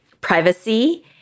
privacy